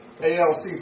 ALC